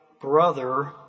brother